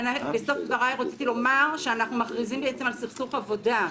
בסוף דבריי רציתי לומר שאנחנו מכריזים על סכסוך עבודה.